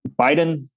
Biden